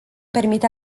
permite